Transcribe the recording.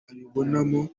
abibonamo